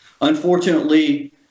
unfortunately